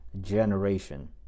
generation